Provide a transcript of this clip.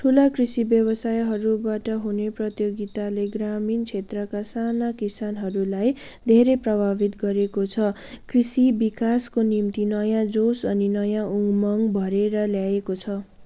ठुला कृषि व्यवसायहरूबाट हुने प्रतियोगिताले ग्रामिण क्षेत्रका साना किसानहरूलाई धेरै प्रभावित गरेको छ कृषि विकासको निम्ति नयाँ जोस अनि नयाँ उमङ्ग भरेर ल्याएको छ